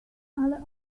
ale